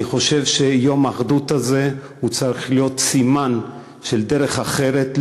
אני חושב שיום האחדות הזה צריך להיות סימן של דרך אחרת,